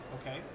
Okay